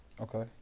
Okay